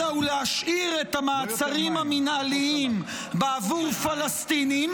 אלא הוא להשאיר את המעצרים המינהליים בעבור פלסטינים